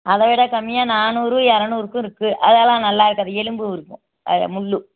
அதைவிட கம்மியாக நானுாறு இரநூறுக்கும் இருக்குது அதெல்லாம் நல்லாயிருக்காது எலும்பு இருக்கும் அது முள்